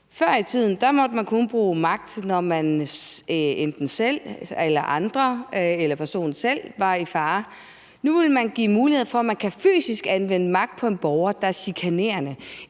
Før i tiden måtte man kun bruge magt, når man enten selv eller andre eller personen selv var i fare. Nu vil man give muligheder for, at man fysisk kan anvende magt over for en borger, der er chikanerende